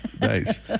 Nice